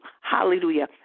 hallelujah